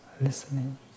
listening